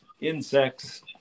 insects